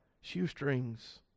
shoestrings